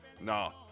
No